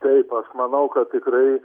taip aš manau kad tikrai